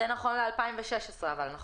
זה נכון ל-2016, אם